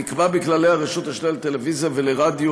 נקבע בכללי הרשות השנייה לטלוויזיה ולרדיו